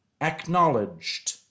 acknowledged